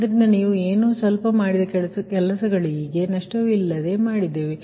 ಆದ್ದರಿಂದ ಈಗ ನಾವು ಏನೋ ಸ್ವಲ್ಪ ಮಾಡಿದ ಕೆಲಸಗಳಿಗೆ ನಷ್ಟವಿಲ್ಲದೆ ಮಾಡಿದ್ದೇವೆ